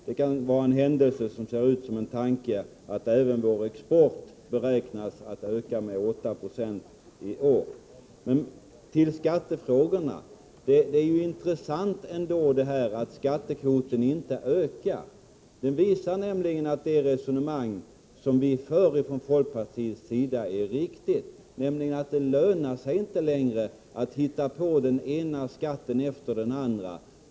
Det kan vara en händelse som ser ut som en tanke, att även vår export beräknas öka med 8 90 i år. Till skattefrågan: Det är ändå intressant att skattekvoten inte ökar. Det visar nämligen att det resonemang vi för från folkpartiets sida är riktigt, nämligen att det inte längre lönar sig att hitta på den ena skatten efter den andra.